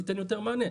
היא תיתן יותר מענה.